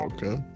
Okay